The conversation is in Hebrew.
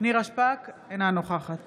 נירה שפק, אינה נוכחת